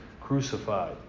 crucified